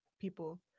people